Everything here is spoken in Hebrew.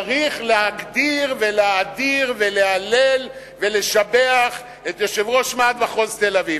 צריך להגדיל ולהאדיר ולהלל ולשבח את יושב-ראש ועד מחוז תל-אביב.